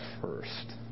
first